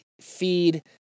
Feed